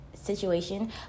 Situation